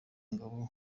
ngabo